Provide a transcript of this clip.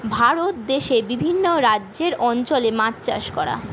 ভারত দেশে বিভিন্ন রাজ্যের অঞ্চলে মাছ চাষ করা